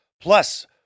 Plus